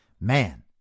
man